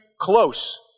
close